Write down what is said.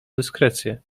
dyskrecję